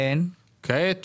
כיום